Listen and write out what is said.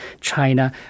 China